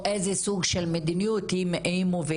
או איזה סוג של מדיניות היא מובילה,